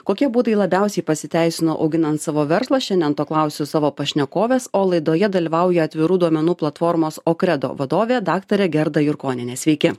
kokie būdai labiausiai pasiteisino auginant savo verslą šiandien to klausiu savo pašnekovės o laidoje dalyvauja atvirų duomenų platformos okredo vadovė daktarė gerda jurkonienė sveiki